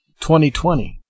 2020